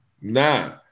Nah